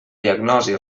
diagnosi